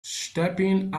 stepping